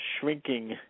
shrinking